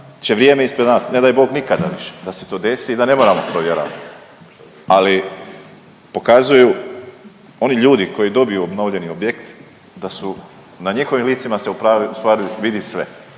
će vrijeme ispred nas, ne daj Bog nikada više da se to desi da ne moramo provjeravati. Ali pokazuju oni ljudi koji dobiju obnovljeni objekt da su na njihovim licima se u stvari vidi sve.